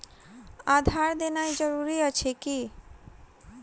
आधार देनाय जरूरी अछि की?